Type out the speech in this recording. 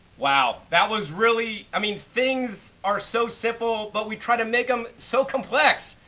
wow. that was really i mean, things are so simple but we try to make them so complex.